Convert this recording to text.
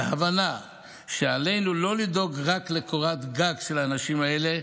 בהבנה שעלינו לא לדאוג רק לקורת גג של האנשים האלה,